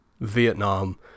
Vietnam